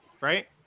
right